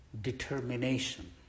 determination